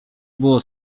było